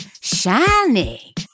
shiny